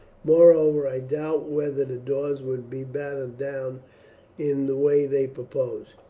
moreover, i doubt whether the doors will be battered down in the way they propose.